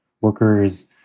workers